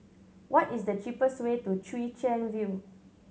what is the cheapest way to Chwee Chian View